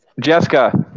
Jessica